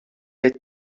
est